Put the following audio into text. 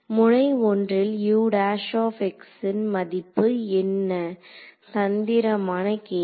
முனை 1 ல் ன் மதிப்பு என்ன தந்திரமான கேள்வி